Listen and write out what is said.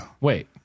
Wait